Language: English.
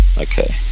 Okay